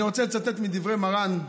אני רוצה לצטט מדברי מרן,